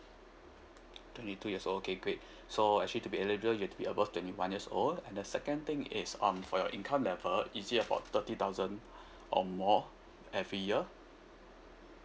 twenty two years old okay great so actually to eligible you have to be above twenty one years old and the second thing is um for your income level is it above thirty thousand or more every year